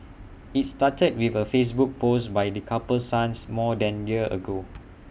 IT started with A Facebook post by the couple's son more than year ago